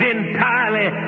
entirely